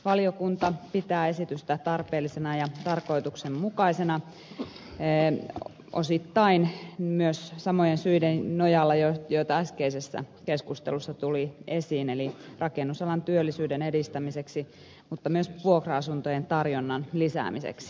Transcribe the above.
ympäristövaliokunta pitää esitystä tarpeellisena ja tarkoituksenmukaisena osittain myös samojen syiden nojalla joita äskeisessä keskustelussa tuli esiin eli rakennusalan työllisyyden edistämiseksi mutta myös vuokra asuntojen tarjonnan lisäämiseksi